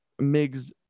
Migs